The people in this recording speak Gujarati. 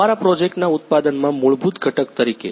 અમારા પ્રોજેક્ટના ઉત્પાદનમાં મૂળભૂત ઘટક તરીકે NodeMCU 1